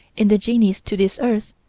indigenous to this earth,